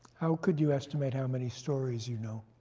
how could you estimate how many stories you know?